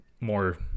more